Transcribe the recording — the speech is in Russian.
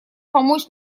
помочь